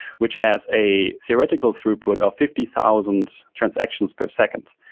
which has a theoretical throughput of fifty thousand transactions per second,